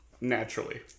naturally